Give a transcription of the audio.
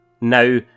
Now